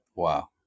Wow